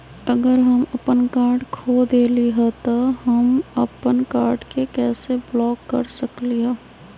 अगर हम अपन कार्ड खो देली ह त हम अपन कार्ड के कैसे ब्लॉक कर सकली ह?